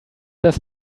does